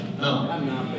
No